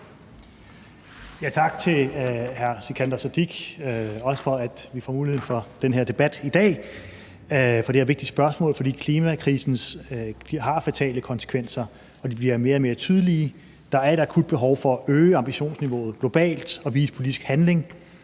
Tak til hr. Sikandar Siddique for, at vi får muligheden for at have den her debat i dag. Det er et vigtigt spørgsmål, for klimakrisen har fatale konsekvenser, og de bliver mere og mere tydelige. Der er et akut behov for at øge ambitionsniveauet globalt og vise politisk handling.